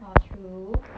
orh true